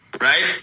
right